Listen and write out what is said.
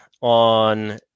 on